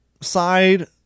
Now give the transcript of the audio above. side